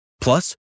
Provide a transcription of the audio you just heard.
Plus